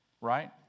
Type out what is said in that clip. Right